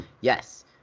yes